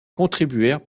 contribuèrent